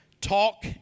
talk